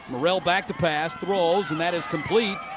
morrell back to pass. throws. and that is complete.